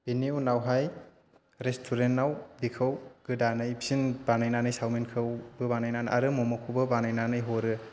बेनि उनावहाय रेस्टुरेन्टनाव बेखौ गोदानै फिन बानायनानै सावमिनखौबो बानायनानै आरो मम'खौबो बानायनानै हरो